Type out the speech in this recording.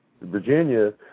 Virginia